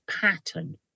pattern